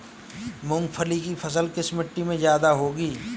मूंगफली की फसल किस मिट्टी में ज्यादा होगी?